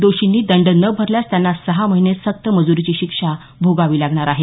दोषींनी दंड न भरल्यास त्यांना सहा महिने सक्त मजुरीची शिक्षा भोगावी लागणार आहे